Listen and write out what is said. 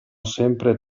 sempre